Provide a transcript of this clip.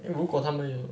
如他们有